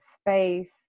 space